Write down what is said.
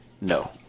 No